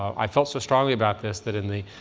i felt so strongly about this that in the